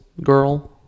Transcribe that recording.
girl